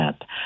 up